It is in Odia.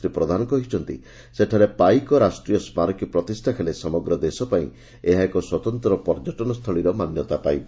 ଶ୍ରୀ ପ୍ରଧାନ କହିଛନ୍ତି ସେଠାରେ ପାଇକ ରାଷ୍ଟ୍ରୀୟ ସ୍କାରକୀ ପ୍ରତିଷ୍ଠା ହେଲେ ସମଗ୍ର ଦେଶ ପାଇଁ ଏହା ଏକ ସ୍ୱତନ୍ତ ପର୍ଯ୍ୟଟନ ସ୍ଥଳୀର ମାନ୍ୟତା ପାଇବ